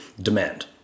demand